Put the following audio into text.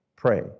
pray